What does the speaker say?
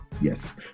yes